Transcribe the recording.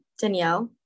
Danielle